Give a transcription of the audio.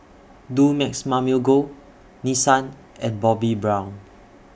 Dumex Mamil Gold Nissan and Bobbi Brown